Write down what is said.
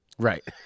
Right